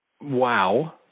Wow